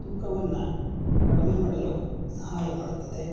ತೂಕವನ್ನು ಕಡಿಮೆ ಮಾಡಲು ಸಹಾಯ ಮಾಡುತ್ತದೆ